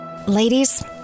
Ladies